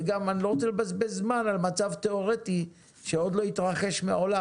וגם אני לא רוצה לבזבז זמן על מצב תיאורטי שעוד לא התרחש מעולם.